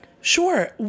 Sure